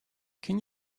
can